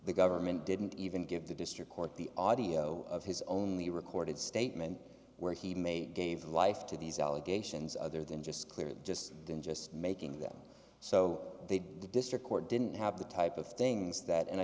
the government didn't even give the district court the audio of his only recorded statement where he made gave life to these allegations other than just clear just then just making them so they did the district court didn't have the type of things that and i